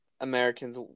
Americans